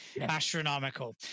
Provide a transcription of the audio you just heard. Astronomical